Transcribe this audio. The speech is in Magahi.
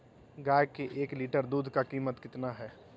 गाय के एक लीटर दूध का कीमत कितना है?